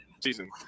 season